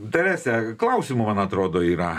terese klausimų man atrodo yra